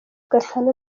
gasana